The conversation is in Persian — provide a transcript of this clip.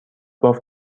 باف